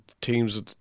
teams